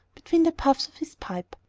between the puffs of his pipe.